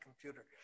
computer